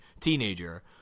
teenager